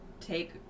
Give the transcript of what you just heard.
take